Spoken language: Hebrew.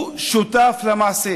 הוא שותף למעשה,